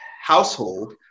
household